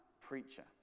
preacher